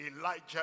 Elijah